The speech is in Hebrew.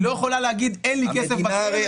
היא לא יכולה להגיד: אין לי כסף בקרן,